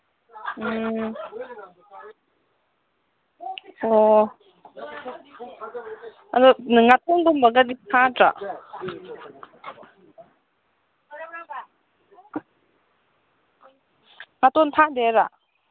ꯎꯝ ꯑꯣ ꯑꯗꯣ ꯉꯥꯄꯨꯝꯒꯨꯝꯕꯒꯗꯤ ꯐꯥꯗ꯭ꯔꯣ ꯉꯥꯇꯣꯟ ꯐꯥꯗꯦ ꯍꯥꯏꯔꯣ